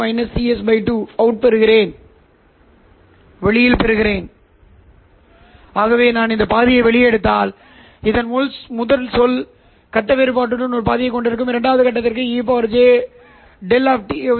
எனவே கட்டம் பண்பேற்றத்திற்குப் பிறகு ELO க்கு இங்கே கொசைன் சிக்னல் இருந்தால் இது சைன் ஆகிறது எனவே இப்போது நீங்கள் உங்கள் உள்வரும் சிக்னலை சைனுடன் ஒப்பிட்டுப் பார்த்தால் வெளியீட்டைப் பார்த்தால் இந்த இரண்டாவது தீங்கை மறுத்துவிட்டால் மீண்டும் அதைப் பிரித்தெடுக்க முடியும்